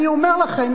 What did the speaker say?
אני אומר לכם,